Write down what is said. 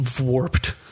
warped